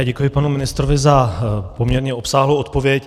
Děkuji panu ministrovi za poměrně obsáhlou odpověď.